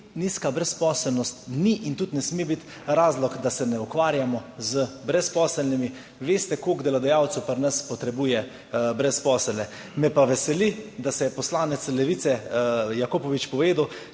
Nizka brezposelnost ni in tudi ne sme biti razlog, da se ne ukvarjamo z brezposelnimi. Veste, koliko delodajalcev pri nas potrebuje brezposelne. Me pa veseli, da je poslanec Levice Jakopovič povedal,